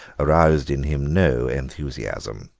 aroused in him no enthusiasm.